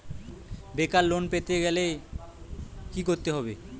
বেকার লোন পেতে গেলে কি করতে হবে?